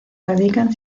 radican